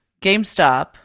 GameStop